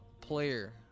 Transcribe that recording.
player